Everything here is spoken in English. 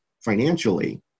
financially